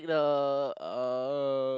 the uh